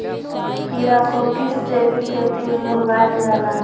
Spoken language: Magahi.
खीरा को किस जैविक खेती में उगाई जाला?